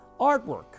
artwork